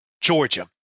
Georgia